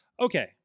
Okay